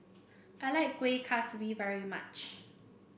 I like Kueh Kaswi very much